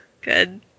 Good